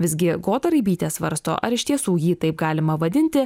visgi goda raibytė svarsto ar iš tiesų jį taip galima vadinti